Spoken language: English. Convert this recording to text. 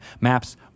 Maps